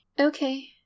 Okay